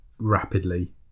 Rapidly